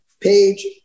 page